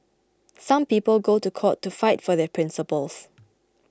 some people go to court to fight for their principles